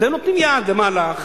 אתם נותנים יד למהלך